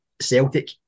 Celtic